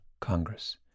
Congress